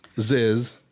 Ziz